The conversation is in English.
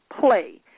play